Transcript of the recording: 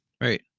Right